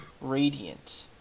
Radiant